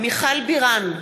מיכל בירן,